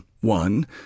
one